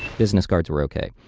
business cards were okay.